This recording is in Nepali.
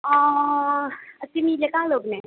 तिमीले कहाँ लग्ने